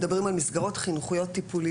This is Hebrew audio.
מדברים על מסגרות חינוכיות-טיפוליות.